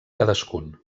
cadascun